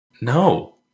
No